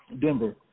Denver